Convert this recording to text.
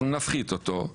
אנחנו נפחית אותו,